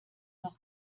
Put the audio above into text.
noch